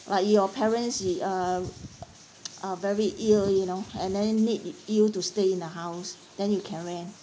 like your parents she uh are very ill you know and then need you to stay in the house then you can rent